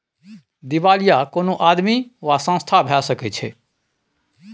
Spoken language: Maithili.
दिवालिया कोनो आदमी वा संस्था भए सकैत छै